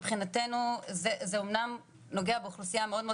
מבחינתנו זה אמנם נוגע באוכלוסייה מאוד מאוד